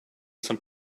some